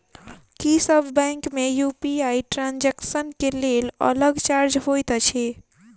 की सब बैंक मे UPI transaction केँ लेल अलग चार्ज होइत अछि?